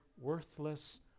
worthless